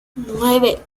nueve